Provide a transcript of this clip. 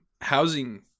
housing